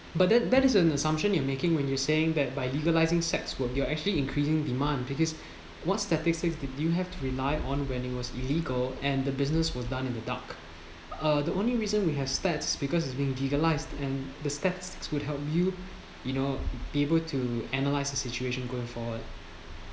but then that is an assumption you are making when you are saying that by legalising sex work you are actually increasing demand because what statistics did you have to rely on when it was illegal and the businesses were done in the dark uh the only reason we have stats because it's been legalised and the stats would help you you know be able to analyze the situation going forward